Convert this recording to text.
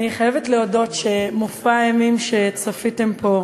אני חייבת להודות שמופע האימים שצפיתם בו,